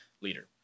leader